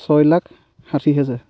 ছয় লাখ ষাঠি হেজাৰ